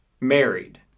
married